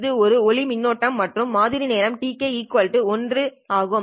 இது ஒரு ஒளி மின்னோட்டம் மற்றும் மாதிரி நேரம் tk1 ஆகும்